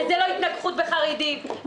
וזה לא התנגחות בחרדים.